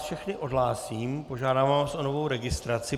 Všechny vás odhlásím, požádám vás o novou registraci.